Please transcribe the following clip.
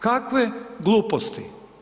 Kakve gluposti.